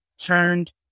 turned